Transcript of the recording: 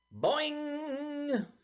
Boing